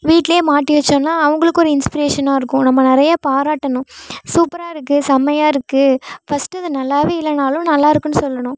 வீட்டிலே மாட்டி வச்சோம்னால் அவங்களுக்கும் ஒரு இன்ஸ்ப்ரேஷனாக இருக்கும் நம்ம நிறைய பாராட்டணும் சூப்பராக இருக்குது செமையா இருக்குது ஃபஸ்ட் அது நல்லாவே இல்லைனாலும் நல்லாயிருக்குன்னு சொல்லணும்